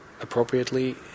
appropriately